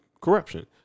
corruption